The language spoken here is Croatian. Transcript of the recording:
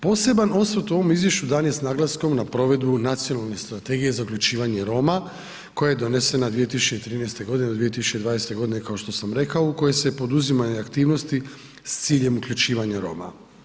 Poseban osvrt u ovom Izvješću dan je s naglaskom na provedbu Nacionalne strategije za uključivanje Roma koja je donesena 2013. godine do 2020. godine, kao što sam rekao, u kojoj se poduzimaju aktivnosti s ciljem uključivanja Roma.